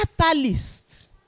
catalyst